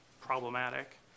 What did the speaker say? problematic